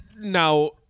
Now